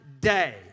day